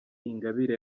ingabire